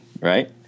right